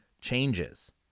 changes